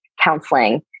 counseling